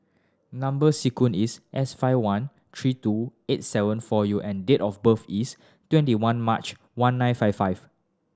number sequence is S five one three two eight seven four U and date of birth is twenty one March one nine five five